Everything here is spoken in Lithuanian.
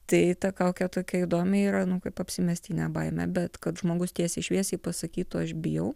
tai ta kaukė tokia įdomi yra nu kaip apsimestinė baimė bet kad žmogus tiesiai šviesiai pasakytų aš bijau